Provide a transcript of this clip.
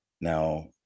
now